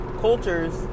cultures